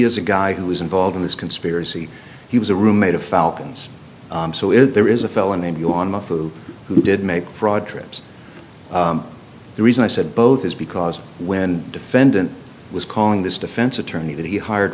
is a guy who was involved in this conspiracy he was a roommate of falcons so if there is a felony on my food who did make fraud trips the reason i said both is because when defendant was calling this defense attorney that he hired